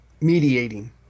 Mediating